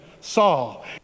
Saul